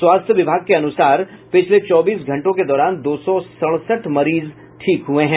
स्वास्थ्य विभाग के अनुसार पिछले चौबीस घंटों के दौरान दो सौ सड़सठ मरीज ठीक हुए हैं